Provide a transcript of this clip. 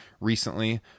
recently